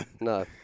No